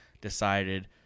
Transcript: decided